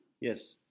Yes